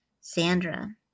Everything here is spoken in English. Sandra